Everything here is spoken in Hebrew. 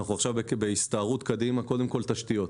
ואנחנו עכשיו בהסתערות קדימה קודם כל על תשתיות.